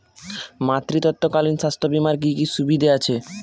মাতৃত্বকালীন স্বাস্থ্য বীমার কি কি সুবিধে আছে?